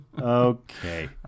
Okay